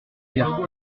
fierté